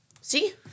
See